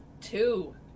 Two